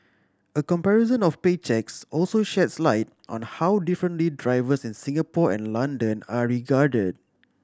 a comparison of pay cheques also sheds light on how differently drivers in Singapore and London are regarded